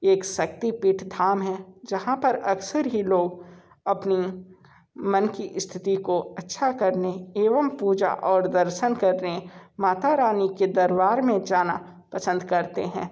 एक शक्तिपीठ धाम है जहाँ पर अक्सर ही लोग अपनी मन की स्थिति को अच्छा करने एवं पूजा और दर्शन करने माता रानी के दरबार में जाना पसंद करते हैं